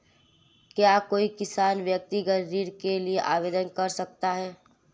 क्या कोई किसान व्यक्तिगत ऋण के लिए आवेदन कर सकता है?